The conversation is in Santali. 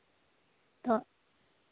ᱱᱤᱛᱚᱜ